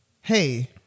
Hey